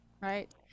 right